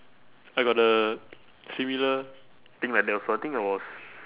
I got uh similar thing like that also I think I was